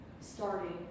starting